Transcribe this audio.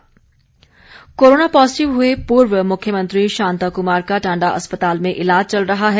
भेंट corona positive हुए पूर्व मुख्यमंत्री शांताकुमार का टांडा अस्पताल में इलाज चल रहा है